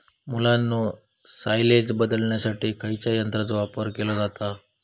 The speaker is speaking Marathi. मुलांनो सायलेज बदलण्यासाठी खयच्या यंत्राचो वापर केलो जाता?